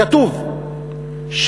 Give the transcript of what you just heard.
כתוב,